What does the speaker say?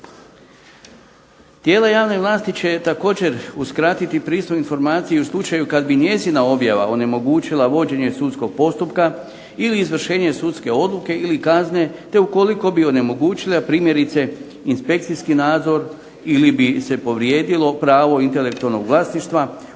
Tijela javne vlasti će također uskratiti pristup informaciji u slučaju kad bi njezina objava onemogućila vođenje sudskog postupka ili izvršenje sudske odluke ili kazne te ukoliko bi onemogućila primjerice inspekcijski nadzor ili bi se povrijedilo pravo intelektualnog vlasništva,